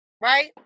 Right